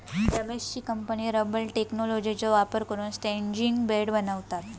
रमेशची company rubber टेक्नॉलॉजीचो वापर करून स्ट्रैचिंग बँड बनवता